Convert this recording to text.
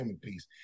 piece